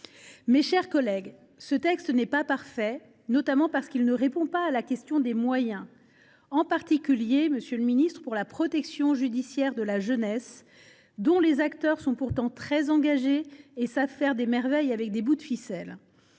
leur âge. Ce texte n’est pas parfait, notamment parce qu’il ne répond pas à la question des moyens, en particulier, monsieur le garde des sceaux, pour la protection judiciaire de la jeunesse, dont les acteurs sont pourtant très engagés et savent faire des merveilles avec des bouts de ficelle.